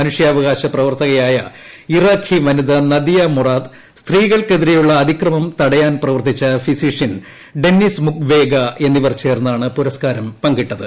മനുഷ്യാവകാശ പ്രവർത്തകയായ ഇറാഖി വനിത നദിയ മൊറാദ് സ്ത്രീകൾക്കെതിരെയുള്ള അതിക്രമം തടയാൻ പ്രവർത്തിച്ച ഫിസിഷ്യൻ ഡെന്നിസ് മുക്വേഗ എന്നിവർ ചേർന്നാണ് പുരസ്ക്കാരം പങ്കിട്ടത്